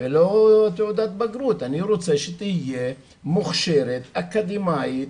ולא תעודת בגרות, אני רוצה שתהיה מוכשרת, אקדמאית,